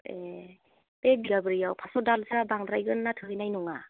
ए बे बिगाब्रैआव फास्स' दालसोआ बांद्रायगोन ना थोहैनाय नङा